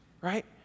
right